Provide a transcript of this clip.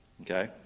okay